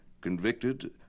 convicted